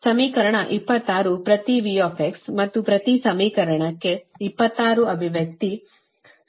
ಸಮೀಕರಣ 26 ಪ್ರತಿ V ಮತ್ತು ಪ್ರತಿ ಸಮೀಕರಣಕ್ಕೆ 28 ಅಭಿವ್ಯಕ್ತಿ I